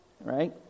right